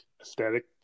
aesthetic